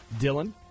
Dylan